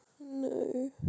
No